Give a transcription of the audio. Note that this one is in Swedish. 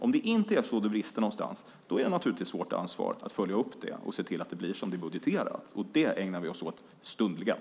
Om det inte är så utan brister någonstans är det vårt ansvar att följa upp det och se att det blir som det är budgeterat. Det ägnar vi oss åt stundligen.